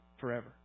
forever